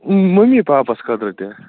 mummy پاپس خٲطرٕ تہِ